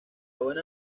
buena